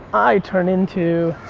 i turn into